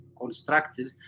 constructed